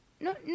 no